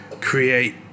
create